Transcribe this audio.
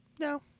No